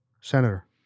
Senator